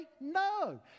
No